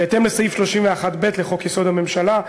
בהתאם לסעיף 31(ב) לחוק-יסוד: הממשלה,